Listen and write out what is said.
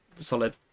solid